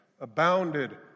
abounded